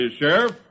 Sheriff